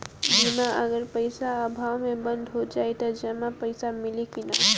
बीमा अगर पइसा अभाव में बंद हो जाई त जमा पइसा मिली कि न?